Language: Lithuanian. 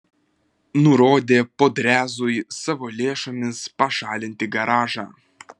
nurodė podrezui savo lėšomis pašalinti garažą